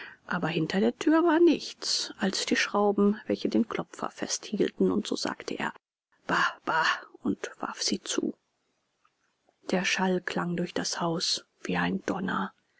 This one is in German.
aber hinter der thür war nichts als die schrauben welche den klopfer fest hielten und so sagte er bah bah und warf sie zu der schall klang durch das haus wie ein donner